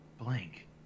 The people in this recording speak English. blank